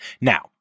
Now